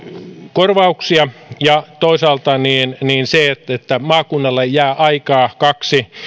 korvauksia ja toisaalta että maakunnalle jää aikaa kaksi